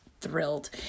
thrilled